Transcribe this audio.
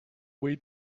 way